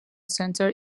center